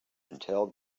until